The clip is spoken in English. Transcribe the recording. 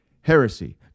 heresy